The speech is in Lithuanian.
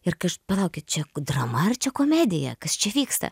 ir palaukit čia drama ar čia komedija kas čia vyksta